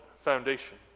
foundation